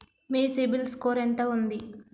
మీ CIBIL score ఎంత ఉంది?